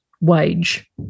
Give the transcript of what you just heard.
wage